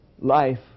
life